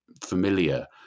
familiar